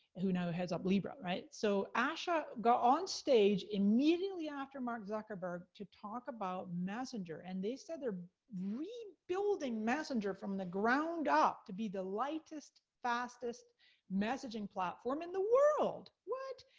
who now heads up libra. so asha got on stage immediately after mark zuckerberg to talk about messenger, and they said they're rebuilding messenger from the ground up, to be the lightest, fastest messaging platform in the world! what?